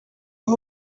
aho